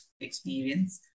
experience